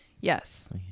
Yes